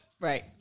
Right